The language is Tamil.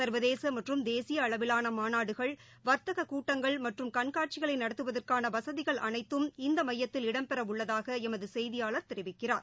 ச்வதேச மற்றும் தேசிய அளவிலான மாநாடுகள் வாத்தகக் கூட்டங்கள் மற்றும் கண்காட்சிகளை நடத்துவதற்கான வசதிகள் அனைத்தும் இந்த மையத்தில் இடம்பெற உள்ளதாக எமது செய்தியாளர் தெரிவிக்கிறார்